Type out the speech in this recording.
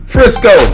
Frisco